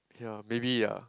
ya maybe ya